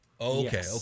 Okay